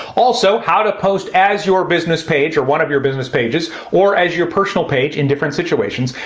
also how to post as your business page or one of your business pages or as your personal page in different situations,